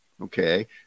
okay